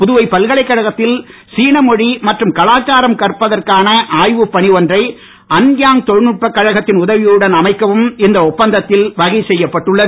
புதுவை பல்கலைக்கழகத்தில் சீன மொழி மற்றும் கலாச்சாரம் கற்பதற்கான ஆய்வுப் பள்ளி ஒன்றை அன்யாங் தொழில்நுட்பக் கழகத்தின் உதவியுடன் அமைக்கவும் இந்த ஒப்பந்தத்தில் வகை செய்யப்பட்டுள்ளது